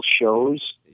shows